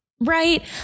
Right